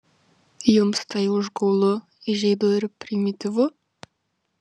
jums tai užgaulu įžeidu ir primityvu